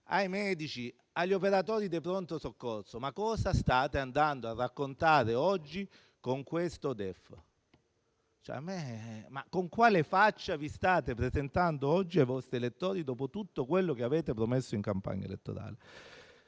ai medici e agli operatori dei pronto soccorso? Cosa state andando a raccontare oggi con questo DEF? Con quale faccia vi state presentando oggi ai vostri elettori, dopo tutto quello che avete promesso in campagna elettorale?